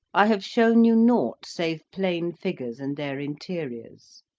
i have shown you naught save plane figures and their interiors.